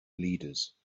leaders